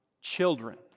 Children